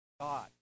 God